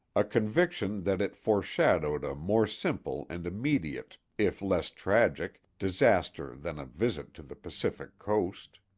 a conviction that it foreshadowed a more simple and immediate, if less tragic, disaster than a visit to the pacific coast.